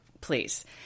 please